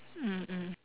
mm mm